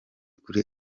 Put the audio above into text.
kuri